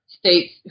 states